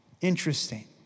Interesting